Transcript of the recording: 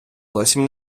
зовсім